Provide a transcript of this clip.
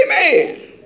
Amen